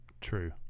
true